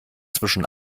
zwischen